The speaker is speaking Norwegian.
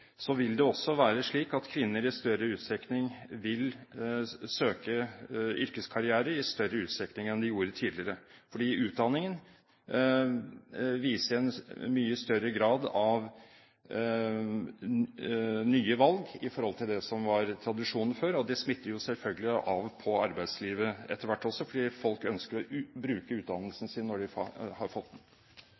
vil det også være slik at kvinner vil søke yrkeskarriere i større utstrekning enn de gjorde tidligere. Utdanning gir mye større grad av nye valg i forhold til det som var tradisjonen før, og det smitter etter hvert selvfølgelig over på arbeidslivet også, fordi folk ønsker å bruke utdannelsen sin når de har fått den.